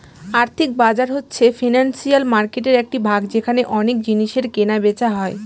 আর্থিক বাজার হচ্ছে ফিনান্সিয়াল মার্কেটের একটি ভাগ যেখানে অনেক জিনিসের কেনা বেচা হয়